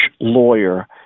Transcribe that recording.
lawyer